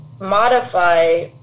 modify